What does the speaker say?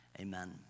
amen